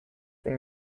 they